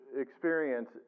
experience